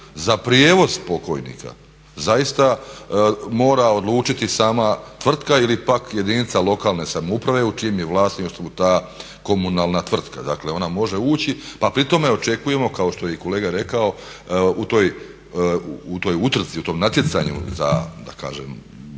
za prijevoz pokojnika zaista mora odlučiti sama tvrtka ili pak jedinica lokalne samouprave u čijem je vlasništvu ta komunalna tvrtka. Dakle ona može ući pa pri tome očekujemo kao što je i kolega rekao u toj utrci, u tom natjecanju za da kažem